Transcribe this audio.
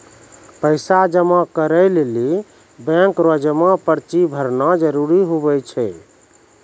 पैसा जमा करै लेली बैंक रो जमा पर्ची भरना जरूरी हुवै छै